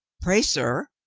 pray, sir,